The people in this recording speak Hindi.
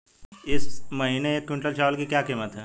इस महीने एक क्विंटल चावल की क्या कीमत है?